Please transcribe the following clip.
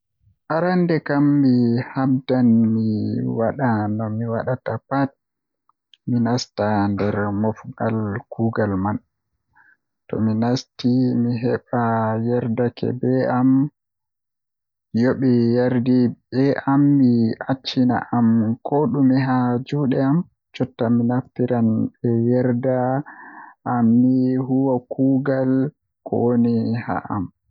Arande kam mi habdan mi wada no mi wadata pat mi nasta nder Mofngal kuugal man, Tomi nasti mi heɓa ɓe yerdake be am yoɓe yerdi be am ɓe accini Am ko dume haa juɗe am jotta mi naftiran be yerda jei ɓe wanni Am mi huwa kuugal ko waddi am.